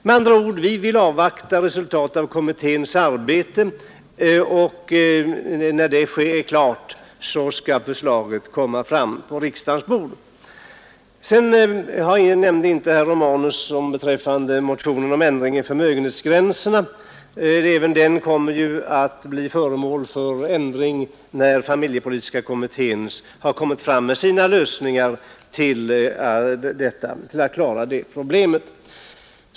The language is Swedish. Med andra ord: Vi vill avvakta resultatet av kommitténs arbete, och när det är klart skall förslaget komma på riksdagens Herr Romanus nämnde inte motionen om ändring i förmögenhetsgränserna. Även dessa kommer ju att bli föremål för ändring när familjepolitiska kommittén har lagt fram sina förslag till lösningar på problemet.